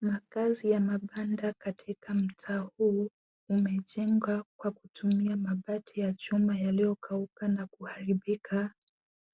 Maakazi ya makanda katika mtaa huu, imejengwa kwa kutumia mabati ya chuma iliokauka na kuharibika